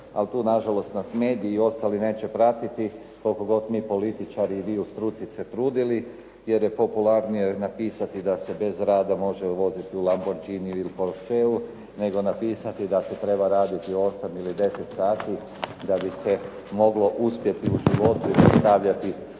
ali tu nažalost nas mediji i ostali neće pratiti, koliko god mi političari i vi u struci se trudili jer je popularnije napisati da se bez rada može voziti u Lamborghiniju ili Porcheu, nego napisati da se treba raditi 8 ili 10 sati da bi se moglo uspjeti u životu i predstavljati